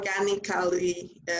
organically